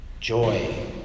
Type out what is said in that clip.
Joy